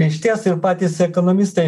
išties ir patys ekonomistai